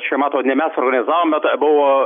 čia matot ne mes organizavom bet buvo